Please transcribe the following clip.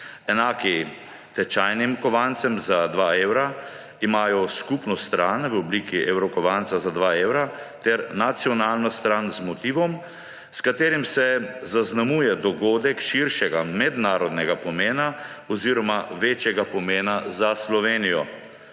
enaki tečajnim kovancem za 2 evra, imajo skupno stran z obliki evrokovanca za 2 evra ter nacionalno stran z motivom, s katerim se zaznamuje dogodek širšega mednarodnega pomena oziroma večjega pomena za Slovenijo.